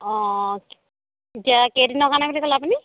অ' এতিয়া কেইদিনৰ কাৰণে বুলি ক'লে আপুনি